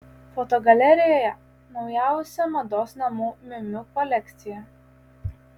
fotogalerijoje naujausia mados namų miu miu kolekcija